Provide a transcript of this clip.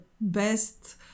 best